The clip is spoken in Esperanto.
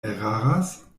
eraras